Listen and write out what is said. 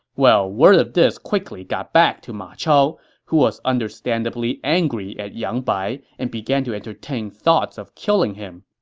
well, word of this quickly got back to ma chao, who was understandably angry at yang bai and began to entertain thoughts of killing him.